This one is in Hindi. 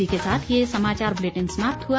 इसके साथ ये समाचार बुलेटिन समाप्त हुआ